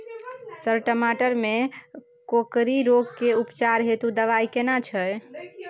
Sir टमाटर में कोकरि रोग के उपचार हेतु दवाई केना छैय?